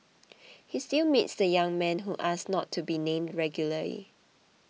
he still meets the young man who asked not to be named regularly